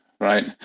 right